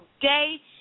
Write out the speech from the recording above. day